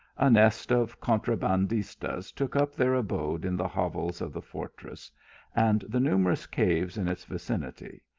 a nest of contrabandistas took up their abode in the hovels of the fortress and the numerous caves in its vicinity,